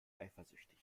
eifersüchtig